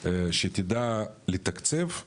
שתדע לתקצב,